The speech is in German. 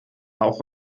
auch